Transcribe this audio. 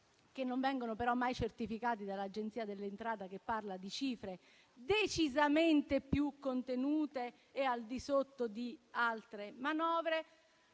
che non vengono però mai certificati dall'Agenzia delle entrate, che parla di cifre decisamente più contenute e al di sotto di altre manovre.